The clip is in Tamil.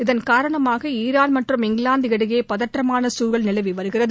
இதன் காரணமாக ஈரான் மற்றும் இங்கிலாந்து இடையே பதற்றமான சூழல் நிலவி வருகிறது